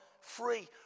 free